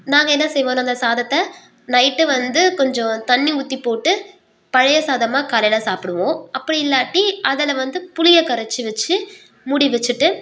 நாங்கள் என்ன செய்வோனா அந்த சாதத்தை நைட்டு வந்து கொஞ்சம் தண்ணி ஊற்றி போட்டு பழைய சாதமாக காலையில் சாப்பிடுவோம் அப்படி இல்லாட்டி அதில் வந்து புளியை கரைச்சி வச்சு மூடி வச்சிட்டு